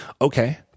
Okay